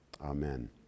Amen